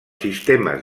sistemes